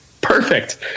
perfect